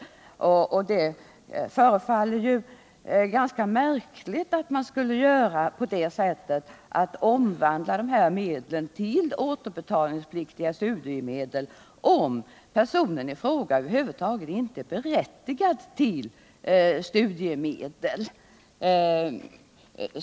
Det förefaller ganska märkligt att man skulle omvandla förskotten till återbetalningspliktiga studiemedel, om personen i fråga över huvud taget inte är berättigad till studiemedel.